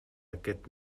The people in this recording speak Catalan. aquest